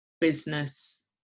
business